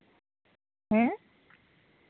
ᱦᱮᱸ